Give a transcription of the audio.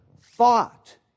thought